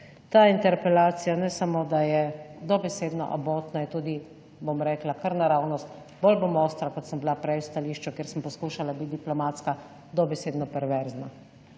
Ta interpelacija ne samo, da je dobesedno abotna, je tudi, bom rekla kar naravnost, bolj bom ostra, kot sem bila prej v stališču, kjer sem poskušala biti diplomatska, dobesedno perverzna.